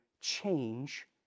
change